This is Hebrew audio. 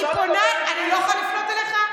אני לא יכולה לפנות אליך?